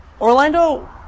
Orlando